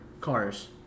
Cars